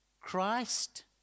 Christ